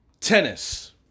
Tennis